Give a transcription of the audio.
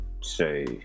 say